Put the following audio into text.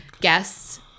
guests